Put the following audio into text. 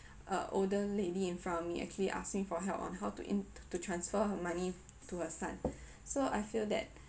a older lady in front of me actually asking for help on how to in~ to transfer her money to her son so I feel that